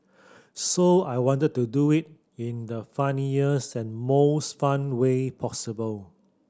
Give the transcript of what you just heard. so I wanted to do it in the funniest and most fun way possible